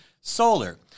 solar